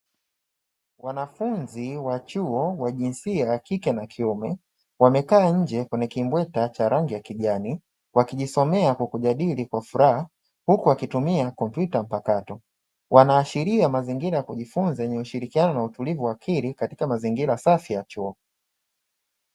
Wanafunzi wa chuo wa jinsia ya kike na kiume, wamekaa nje kwenye kimbweta cha rangi ya kijani, wakijisomea kwa kujadili kwa furaha huku wakitumia kompyuta mpakato. Wanaashiria mazingira ya kujifunza yenye ushirikiano na utulivu wa akili, katika mazingira safi ya chuo.